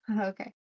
Okay